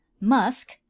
musk